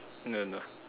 no no